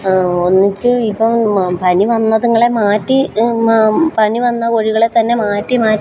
ഒന്നിച്ച് ഇപ്പോള് പനി വന്നതുങ്ങളെ മാറ്റി പനി പനി വന്ന കോഴികളെ തന്നെ മാറ്റി മാറ്റി